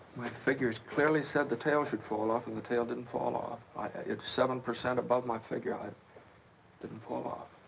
my figures clearly said the tail should fall off, and the tail didn't fall off. i-i-it's seven percent above my figure. i-it didn't fall off.